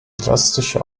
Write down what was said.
elastische